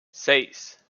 seis